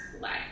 life